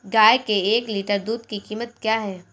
गाय के एक लीटर दूध की कीमत क्या है?